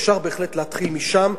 אפשר בהחלט להתחיל משם,